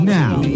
now